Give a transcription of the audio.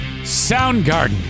Soundgarden